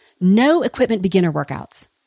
no-equipment-beginner-workouts